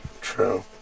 True